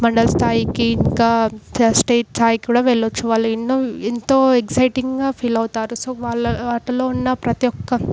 మండల స్థాయికి ఇంకా స్టేట్ స్థాయికి కూడా వెళ్ళొచ్చు వాళ్ళు ఎన్నో ఎంతో ఎగ్జయిటింగా ఫీల్ అవుతారు సో వాళ్ళ ఆటలో ఉన్న ప్రతి ఒక్క